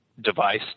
device